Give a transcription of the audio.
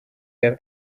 have